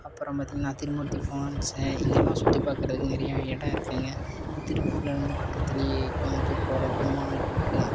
அப்பறம் பாத்திங்கன்னா திருமூர்த்தி ஃபாண்ட்ஸு இங்கெல்லாம் சுற்றி பார்க்குறதுக்கு நிறையா இடம் இருக்குங்க திருப்பூர்லருந்து பக்கத்துலயே கோயமுத்தூர் போகறதுக்கு மால் இருக்கு